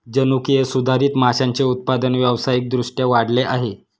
जनुकीय सुधारित माशांचे उत्पादन व्यावसायिक दृष्ट्या वाढले आहे